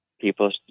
people